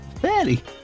fairly